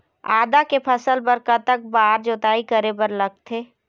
आदा के फसल बर कतक बार जोताई करे बर लगथे?